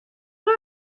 haw